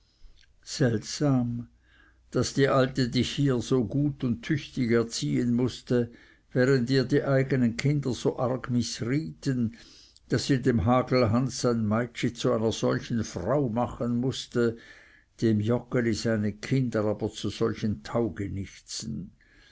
seltsam daß die alte hier dich so gut und tüchtig erziehen mußte während ihr die eigenen kinder so arg mißrieten daß sie dem hagelhans sein meitschi zu einer solchen frau machen mußte dem joggeli seine kinder aber zu solchen taugenichtsen